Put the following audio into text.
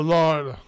Lord